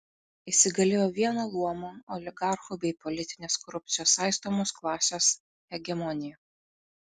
įsigalėjo vieno luomo oligarchų bei politinės korupcijos saistomos klasės hegemonija